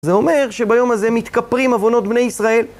זה אומר שביום הזה מתכפרים עווונות בני ישראל.